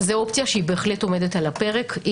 זו אופציה שעומדת על הפרק.